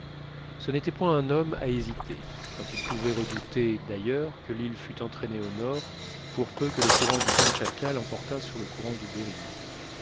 ce n'était point un homme à hésiter quand il pouvait redouter d'ailleurs que l'île fût entraînée au nord pour peu que le courant du kamtchatka l'emportât sur le courant de behring